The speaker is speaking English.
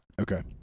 Okay